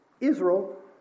Israel